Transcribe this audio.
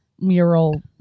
mural